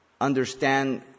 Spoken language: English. understand